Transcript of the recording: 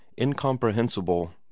Incomprehensible